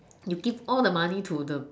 you give all the money to the